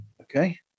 Okay